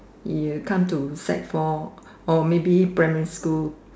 you come to sec four or maybe primary school